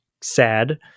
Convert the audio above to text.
sad